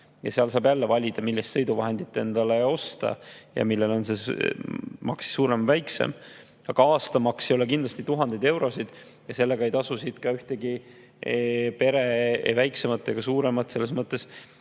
aga saab jälle valida, millist sõiduvahendit endale osta, millel on see maks suurem või väiksem. Aga aastamaks ei ole kindlasti tuhandeid eurosid ja sellega ei tasu ühtegi peret, ei väiksemat ega suuremat, selles mõttes